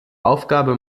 aufgabe